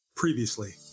Previously